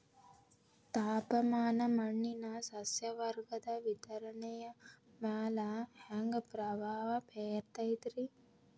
ತಾಪಮಾನ ಮಣ್ಣಿನ ಸಸ್ಯವರ್ಗದ ವಿತರಣೆಯ ಮ್ಯಾಲ ಹ್ಯಾಂಗ ಪ್ರಭಾವ ಬೇರ್ತದ್ರಿ?